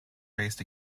raised